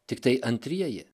tiktai antrieji